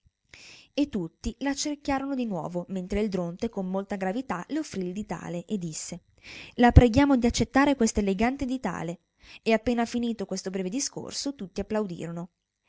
e tutti l'accerchiarono di nuovo mentre il dronte con molta gravità le offrì il ditale e disse la preghiamo di accettare quest'elegante ditale e appena finito questo breve discorso tutti applaudirono